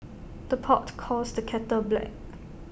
the pot calls the kettle black